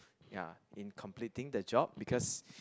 ya in completing the job because